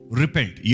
repent